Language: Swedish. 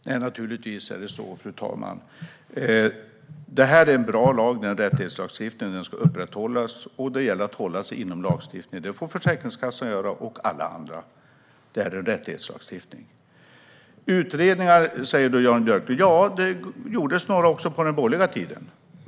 Fru talman! Naturligtvis är det så. Det här är en bra lag, en rättighetslagstiftning, som ska upprätthållas. Det gäller att hålla sig till en lagstiftning. Det får Försäkringskassan och alla andra göra. Det gjordes några utredningar också på den borgerliga tiden.